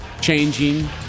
changing